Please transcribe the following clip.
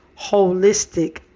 holistic